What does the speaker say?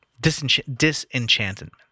disenchantment